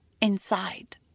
inside